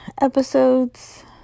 Episodes